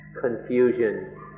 confusion